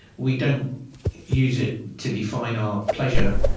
we don't use it to define our pleasure